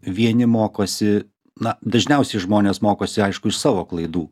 vieni mokosi na dažniausiai žmonės mokosi aišku iš savo klaidų